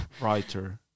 writer